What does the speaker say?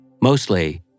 Mostly